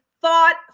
thought